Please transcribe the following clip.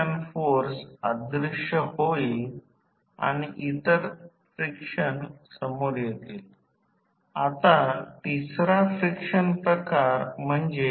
म्हणजेच Z आता V s cIsc ही आपल्यास प्राप्त झालेल्या ट्रान्सफॉर्मरचे प्रतिकार आहे ती R 2 X2 2 वरील मूळ आहे